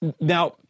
Now